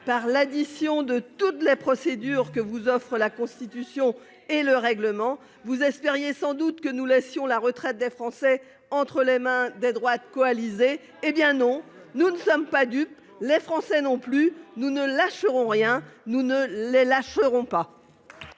par l'addition de toutes les procédures que vous offrent la Constitution et le règlement du Sénat. Vous espériez sans doute que nous laisserions la retraite des Français entre les mains des droites coalisées. Nous ne sommes pas dupes, les Français non plus. Nous ne lâcherons rien. » Les auteurs du